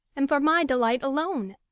and for my delight alone!